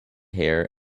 hair